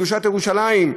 בקדושת ירושלים.